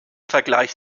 vergleich